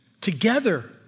together